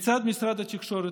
מצד משרד התקשורת,